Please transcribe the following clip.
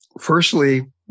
Firstly